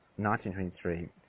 1923